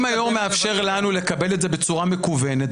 אם היו"ר מאפשר לנו לקבל את זה בצורה מקוונת,